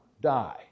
die